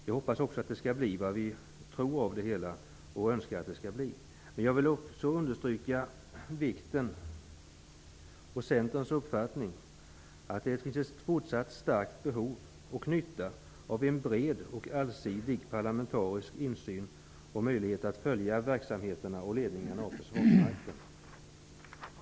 Jag hoppas också att resultatet blir det vi önskar. Centerns uppfattning är att det finns ett fortsatt starkt behov av en bred och allsidig parlamentarisk insyn när det gäller möjligheterna att följa verksamheterna.